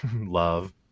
love